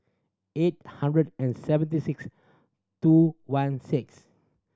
eight hundred and seventy six two one six